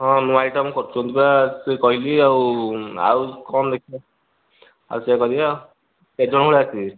ହଁ ନୂଆ ଆଇଟମ୍ କରୁଛନ୍ତି ବା ସେ କହିଲି ଆଉ ଆଉ କ'ଣ ଦେଖିବା ଆଉ ସେୟା କରିବା କେତେ ଜଣ ଭଳିଆ ଆସିବେ